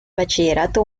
bachillerato